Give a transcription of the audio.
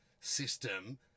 system